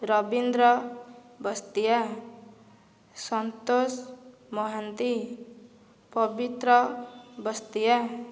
Rabindra Bastia Santosh Mohanty Pabitra Bastia